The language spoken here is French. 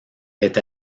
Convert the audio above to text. est